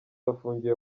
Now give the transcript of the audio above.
bafungiwe